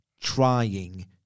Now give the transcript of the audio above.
trying